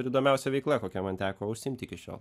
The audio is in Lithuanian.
ir įdomiausia veikla kokia man teko užsiimti iki šiol